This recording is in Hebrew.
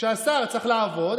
כשהשר צריך לעבוד,